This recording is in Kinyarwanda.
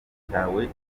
cyawe